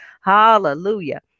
Hallelujah